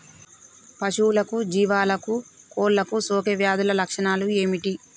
పశువులకు జీవాలకు కోళ్ళకు సోకే వ్యాధుల లక్షణాలు ఏమిటి?